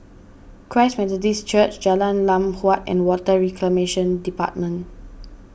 Christ Methodist Church Jalan Lam Huat and Water Reclamation Department